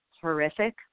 horrific